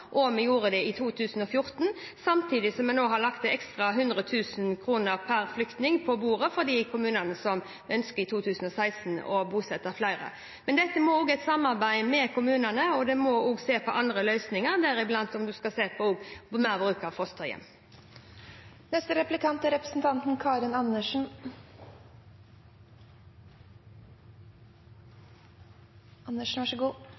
og vi gjorde det i 2014, samtidig som vi nå har lagt 100 000 kr ekstra pr. flyktning på bordet for de kommunene som ønsker å bosette flere i 2016. Men dette må være i et samarbeid med kommunene, og man må også se på andre løsninger, deriblant